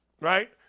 right